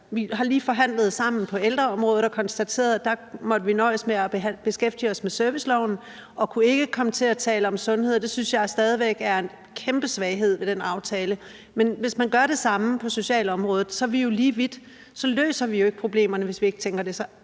Vi har lige forhandlet sammen på ældreområdet og konstateret, at dér måtte vi nøjes med at beskæftige os med serviceloven og dér kunne vi ikke komme til at tale om sundhed. Det synes jeg stadig væk er en kæmpestor svaghed ved den aftale. Men hvis man gør det samme på socialområdet, er vi jo lige vidt. Så løser vi jo ikke problemerne, hvis vi tænker det.